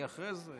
אני אחרי זה,